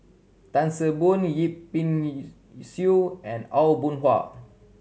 Tan See Boo Yip Pin Xiu and Aw Boon Haw